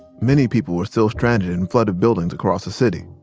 many people were still stranded in flooded buildings across the city.